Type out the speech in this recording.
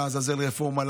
לעזאזל רפורמה,